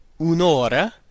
unora